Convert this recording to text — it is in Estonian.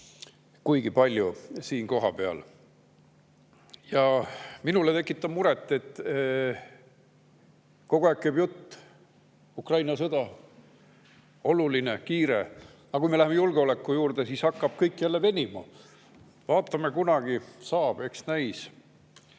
kuigipalju isegi värvata. Minule tekitab muret, et kogu aeg käib jutt, et Ukraina sõda, oluline, kiire, aga kui me läheme julgeoleku juurde, siis hakkab kõik jälle venima: vaatame, kunagi saab, eks näis,